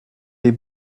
les